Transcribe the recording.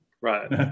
right